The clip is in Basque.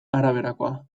araberakoa